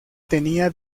tenia